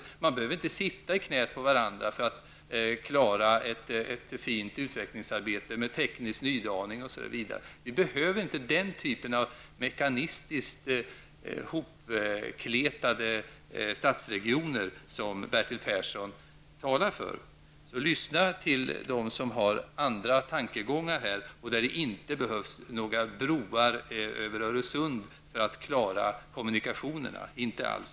Man behöver inte sitta i knät på varandra för att klara ett fint utvecklingsarbete med teknisk nydaning osv. Vi behöver inte den typen av mekanistiskt hopkletade stadsregioner som Bertil Persson talar för. Lyssna därför på dem som har andra tankegångar som innebär att det inte behövs någon bro över Öresund för att klara kommunikationerna -- inte alls.